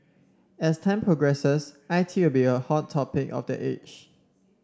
as time progresses I T will be a hot topic of the age